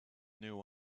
new